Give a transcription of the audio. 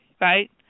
Right